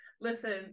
listen